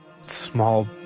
Small